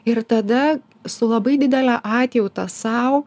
ir tada su labai didele atjauta sau